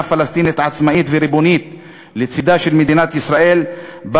פלסטינית עצמאית וריבונית לצדה של מדינת ישראל בא